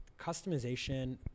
customization